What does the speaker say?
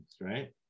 Right